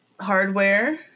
hardware